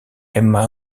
emma